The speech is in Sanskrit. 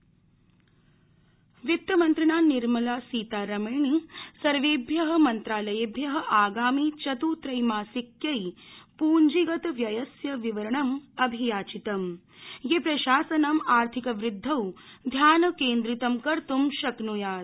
वित्तमंत्री वित्तमंत्रिणा निर्मला सीतारमेण सर्वेभ्य मन्त्रालयेभ्य आगामि चत्ः त्रैमासिक्यै पूंजीगत व्ययस्य विवरणम् अभियाचितम् ये प्रशासनम् आर्थिकवृद्वौ ध्यानकेन्द्रितं कर्तम् शक्नुयात्